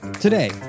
Today